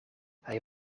hij